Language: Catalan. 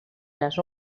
les